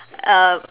uh